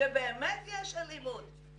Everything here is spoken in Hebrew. שבאמת יש אלימות,